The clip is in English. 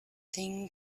thing